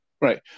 right